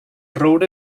roure